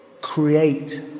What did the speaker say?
create